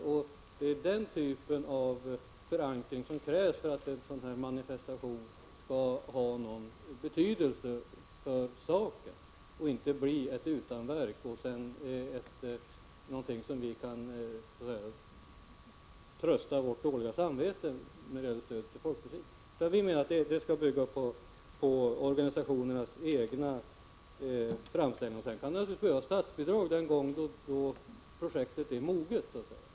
Det är en förankring hos dessa som krävs för att en sådan här manifestation skall ha någon betydelse för saken och inte bli ett utanverk, som bara tjänar syftet att vi kan trösta vårt dåliga samvete när det gäller det stöd vi ger till folkmusiken. En sådan här manifestation måste alltså bygga på organisationernas egna framställningar. Sedan kan det naturligtvis behövas ett statsbidrag när projektet väl är moget för genomförande.